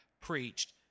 preached